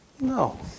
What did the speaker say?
No